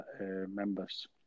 members